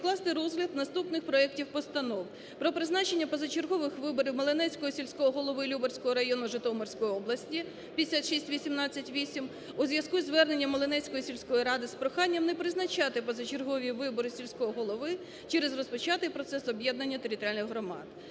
відкласти розгляд наступних проектів постанов: про призначення позачергових виборів Меленецького сільського голови Любарського району Житомирської області (5618-8) у зв'язку із зверненням Меленецької сільської ради з проханням не призначати позачергові вибори сільського голови через розпочатий процес об'єднання територіальних громад.